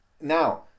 Now